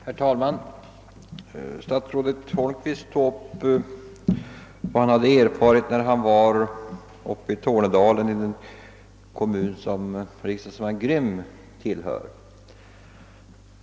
Herr talman! Statsrådet Holmqvist berörde vad han erfarit när han besökte den kommun uppe i Tornedalen som f. d. riksdagsman Grym tillhörde.